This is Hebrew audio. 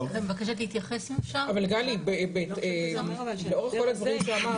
לאורך כל הדברים שאמרת,